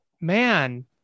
man